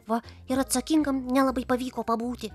va ir atsakingam nelabai pavyko pabūti